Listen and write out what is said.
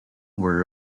were